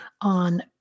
on